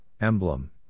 emblem